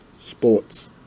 sports